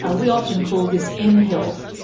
ah we often call this m-health,